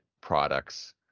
products